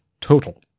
total